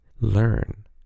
learn